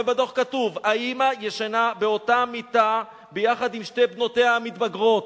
ובדוח כתוב: האמא ישנה באותה מיטה ביחד עם שתי בנותיה המתבגרות.